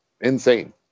insane